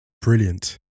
brilliant